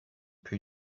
plus